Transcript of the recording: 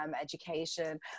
education